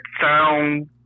sound